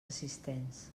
assistents